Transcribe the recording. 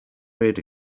reared